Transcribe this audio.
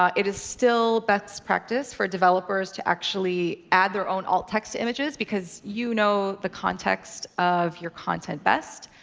um it is still best practice for developers to actually add their own alt text to images. because you know the context of your content best.